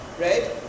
right